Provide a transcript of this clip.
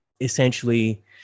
essentially